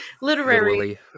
literary